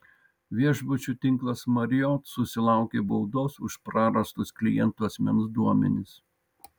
viešbučių tinklas marriott susilaukė baudos už prarastus klientų asmens duomenis